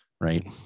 right